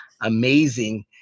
amazing